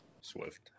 Swift